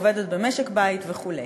עובדת במשק בית וכו'.